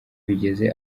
bigeze